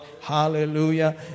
Hallelujah